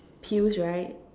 pills right